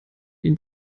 ihn